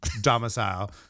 domicile